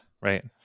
right